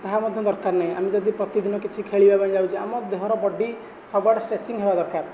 ତାହା ମଧ୍ୟ ଦରକାର ନାହିଁ ଆମେ ଯଦି ପ୍ରତିଦିନ କିଛି ଖେଳିବା ପାଇଁ ଯାଉଛେ ଆମ ଦେହର ବଡି ସବୁଆଡ଼େ ସ୍ଟ୍ରେଚିଙ୍ଗ୍ ହେବା ଦରକାର